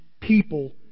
people